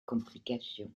complications